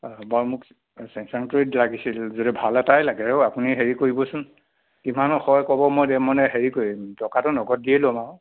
বাৰু মোক ছেমছাংটোৱেই লাগিছিল যদি ভাল এটাই লাগে অ' আপুনি হেৰি কৰিবচোন কিমানৰ হয় ক'ব মই মানে হেৰি কৰিম টকাটো নগদ দিয়ে ল'ম আৰু